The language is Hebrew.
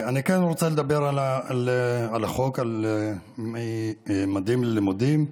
אני רוצה לדבר על החוק, על ממדים ללימודים.